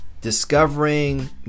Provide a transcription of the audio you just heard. discovering